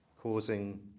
causing